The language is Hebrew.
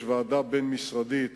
יש ועדה בין-משרדית